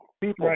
people